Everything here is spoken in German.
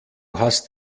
hast